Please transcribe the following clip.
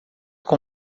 com